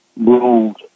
ruled